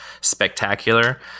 spectacular